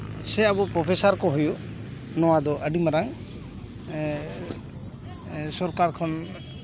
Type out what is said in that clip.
ᱥᱮ ᱟᱵᱚ ᱯᱨᱚᱯᱷᱮᱥᱟᱨ ᱠᱚ ᱦᱩᱭᱩᱜ ᱱᱚᱣᱟ ᱫᱚ ᱟᱹᱰᱤ ᱢᱟᱨᱟᱝ ᱥᱚᱨᱠᱟᱨ ᱠᱷᱚᱱ